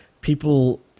People